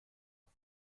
auf